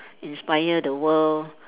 inspire the world